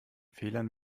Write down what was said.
fehlern